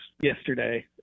yesterday